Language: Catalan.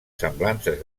semblances